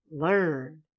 learn